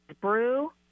brew